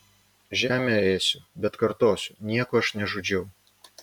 žemę ėsiu bet kartosiu nieko aš nežudžiau